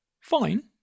fine